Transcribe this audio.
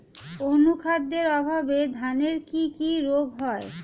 অনুখাদ্যের অভাবে ধানের কি কি রোগ হয়?